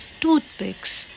toothpicks